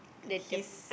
his